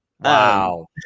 Wow